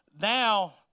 now